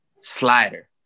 slider